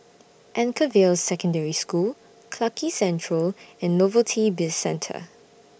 Anchorvale Secondary School Clarke Quay Central and Novelty Bizcentre